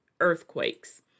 earthquakes